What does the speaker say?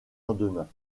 lendemain